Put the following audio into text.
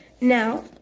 Now